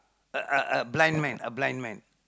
a a a blind man a blind man